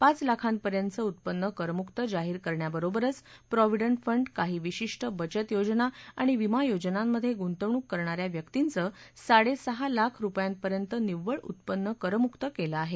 पाच लाखांपर्यंतचं उत्पन्न करमुक जाहीर करण्याबरोबरच प्रॉव्हिडंट फंड काही विशिष्ट बचत योजना आणि विमा योजनांमध्ये गुंतवणूक करणाऱ्या व्यक्तींचं साडेसहा लाख रुपयांपर्यंत निव्वळ उत्पन्न करमुक केलं आहे